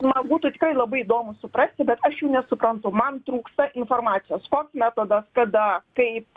man būtų tikrai labai įdomu suprasti bet aš jų nesuprantu man trūksta informacijos koks metodas kada kaip